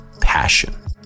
passion